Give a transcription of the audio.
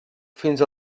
fins